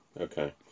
Okay